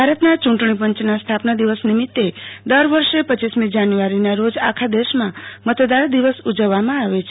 ભારતના ચુટણી પંચના સ્થાપના દિવસ નિમિતે દર વર્ષ રપમો જાન્યુઆરીના રોજ આખા દેશમાં મતદાર દિવસ ઉજવવામાં આવે છે